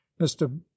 mr